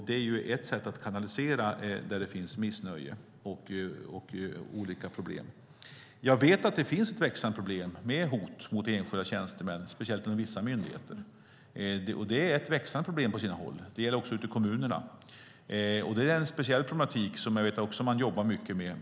Det är ett sätt att kanalisera där det finns missnöje och olika problem. Jag vet att det finns ett växande problem med hot mot enskilda tjänstemän, speciellt inom vissa myndigheter. Det gäller även i kommunerna. Det är en speciell problematik som man jobbar mycket med.